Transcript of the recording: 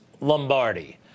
Lombardi